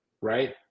right